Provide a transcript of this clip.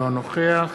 אינו נוכח